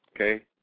Okay